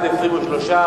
התשס"ט 2009,